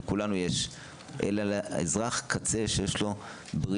אלא לאזרח שיש ביטוח